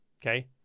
Okay